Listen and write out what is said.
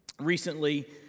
Recently